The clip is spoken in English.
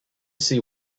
see